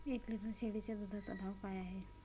एक लिटर शेळीच्या दुधाचा भाव काय आहे?